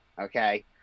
Okay